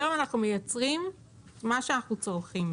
היום אנחנו מייצרים את מה שאנחנו צורכים,